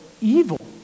evil